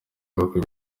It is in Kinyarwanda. bihugu